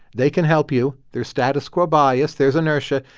they can help you. there's status quo bias. there's inertia.